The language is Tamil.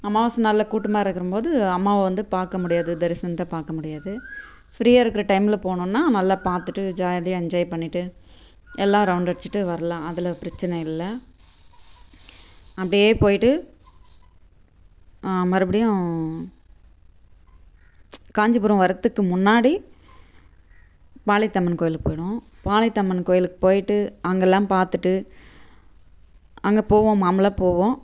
அமாவாசை நாளில் கூட்டமாக இருக்கிற போது அம்மாவை வந்து பார்க்க முடியாது தரிசனத்தை பார்க்க முடியாது ஃப்ரீயாக இருக்கிற டைமில் போனோன்னால் நல்ல பார்த்துட்டு ஜாலியாக என்ஜாய் பண்ணிவிட்டு எல்லாம் ரவுண்ட் அடிச்சுட்டு வரலாம் அதில் பிரச்சின இல்லை அப்படியே போய்விட்டு மறுபடியும் காஞ்சிபுரம் வர்றதுக்கு முன்னாடி பாளையத்து அம்மன் கோயிலுக்கு போனோம் பாளையத்து அம்மன் கோயிலுக்கு போய்விட்டு அங்கெல்லாம் பார்த்துட்டு அங்கே போவோம் மாமூலாக போவோம்